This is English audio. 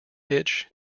hitch